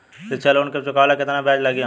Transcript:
शिक्षा लोन के चुकावेला केतना ब्याज लागि हमरा?